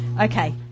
Okay